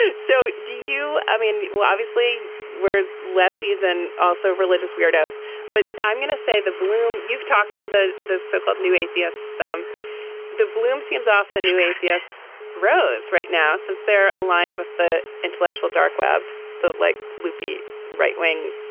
and so do you. i mean. well obviously we're lefties and also religious weirdos but i'm going to say the bloom you've talked to the the so-called new atheists. um the the bloom seems off. the new atheists rose right now since they're aligned with the intellectual dark web the like loopy right wing.